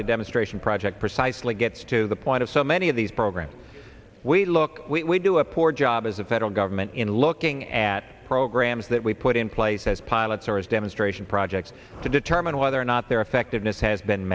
the demonstration project precisely gets to the point of so many of these programs we look we do a poor job as a federal government in looking at programs that we put in place as pilots or as demonstration projects to determine whether or not their effectiveness has been